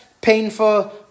painful